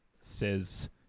says